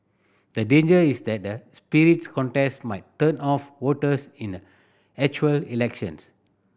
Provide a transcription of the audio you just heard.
the danger is that the spirited contest might turn off voters in a actual election